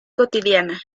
cotidiana